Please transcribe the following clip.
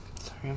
sorry